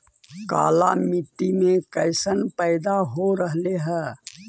काला मिट्टी मे कैसन पैदा हो रहले है?